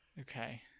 Okay